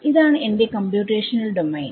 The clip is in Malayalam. ഇതാണ് എന്റെ കമ്പ്യൂറ്ട്ടേഷണൽ ഡോമെയിൻ